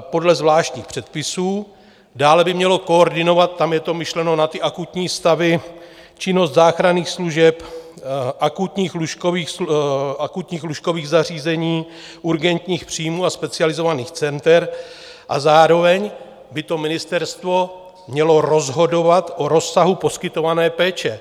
podle zvláštních předpisů, dále by mělo koordinovat tam je to myšleno na ty akutní stavy činnost záchranných služeb, akutních lůžkových zařízení, urgentních příjmů a specializovaných center, a zároveň by to ministerstvo mělo rozhodovat o rozsahu poskytované péče.